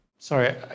Sorry